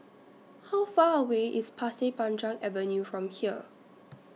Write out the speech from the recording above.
How Far away IS Pasir Panjang Avenue from here